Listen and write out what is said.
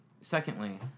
Secondly